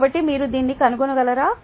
కాబట్టి మీరు దీన్ని కన్నుకోగలరా